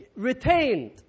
retained